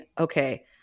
okay